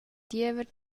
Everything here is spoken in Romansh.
diever